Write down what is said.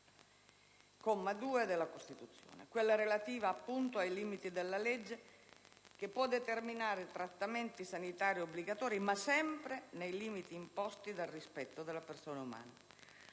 della Costituzione, relativa ai limiti della legge che può determinare trattamenti sanitari obbligatori, ma sempre nei limiti imposti dal rispetto della persona umana.